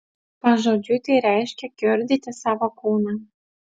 pažodžiui tai reiškia kiurdyti savo kūną